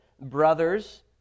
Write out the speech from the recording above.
brothers